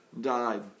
died